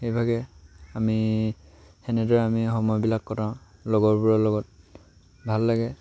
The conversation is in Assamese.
সেইভাগে আমি সেনেদৰে আমি সময়বিলাক কটাওঁ লগৰবোৰৰ লগত ভাল লাগে